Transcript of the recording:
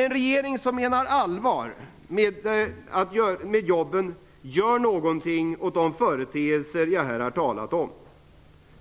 En regering som menar allvar med jobben gör någonting åt de företeelser som jag här har talat om.